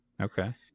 Okay